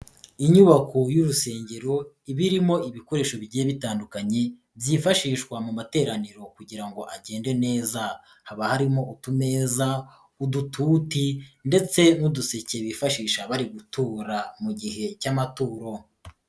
Inyubako y'urusengero, iba irimo ibikoresho bigiye bitandukanye byifashishwa mu materaniro kugira ngo agende neza, haba harimo utumeza, udututi ndetse n'uduseke bifashisha bari gutura mu gihe cy'amaturo.